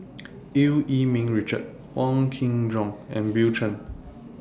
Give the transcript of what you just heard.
EU Yee Ming Richard Wong Kin Jong and Bill Chen